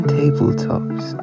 tabletops